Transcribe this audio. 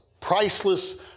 priceless